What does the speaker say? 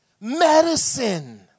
medicine